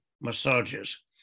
massages